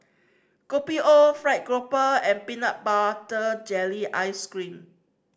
Kopi O fried grouper and peanut butter jelly ice cream